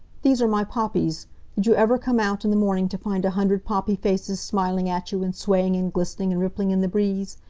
these are my poppies. did you ever come out in the morning to find a hundred poppy faces smiling at you, and swaying and glistening and rippling in the breeze?